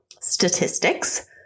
statistics